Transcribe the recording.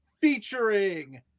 featuring